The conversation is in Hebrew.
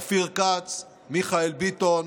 אופיר כץ, מיכאל ביטון,